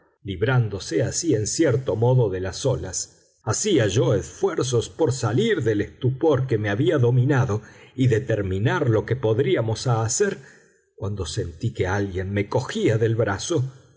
librándose así en cierto modo de las olas hacía yo esfuerzos por salir del estupor que me había dominado y determinar lo que podríamos hacer cuando sentí que alguien me cogía del brazo